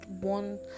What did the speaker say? one